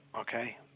okay